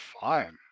fine